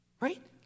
Right